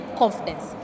confidence